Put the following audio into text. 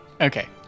Okay